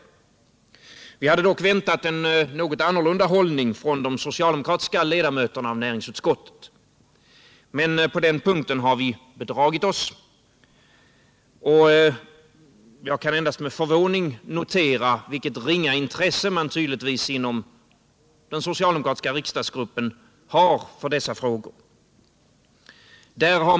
Vi hade dock väntat en något annorlunda hållning från de socialdemokratiska ledamöterna av näringsutskottet. Men på den punkten har vi bedragit oss. Jag kan endast med förvåning notera vilket ringa intresse man tydligen inom den socialdemokratiska riksdagsgruppen har för dessa frågor.